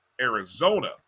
Arizona